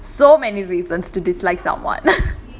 so many reasons to dislike someone